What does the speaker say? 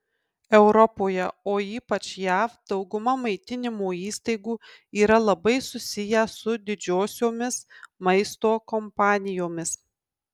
europoje o ypač jav dauguma maitinimo įstaigų yra labai susiję su didžiosiomis maisto kompanijomis